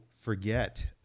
forget